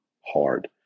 hard